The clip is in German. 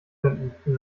finden